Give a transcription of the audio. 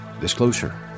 disclosure